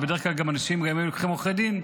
ובדרך כלל גם אנשים היו לוקחים עורכי דין,